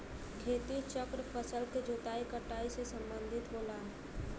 खेती चक्र फसल के जोताई कटाई से सम्बंधित होला